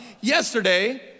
Yesterday